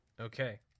Okay